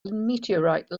meteorite